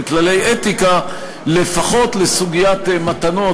בכללי אתיקה לפחות לסוגיית מתנות,